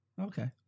Okay